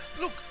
Look